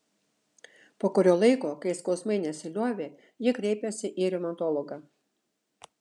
po kurio laiko kai skausmai nesiliovė ji kreipėsi į reumatologą